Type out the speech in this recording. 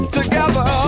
together